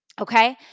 okay